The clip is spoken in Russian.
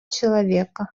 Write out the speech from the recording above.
человека